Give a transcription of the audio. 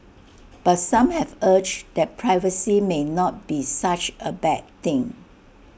but some have urge that piracy may not be such A bad thing